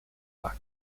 luck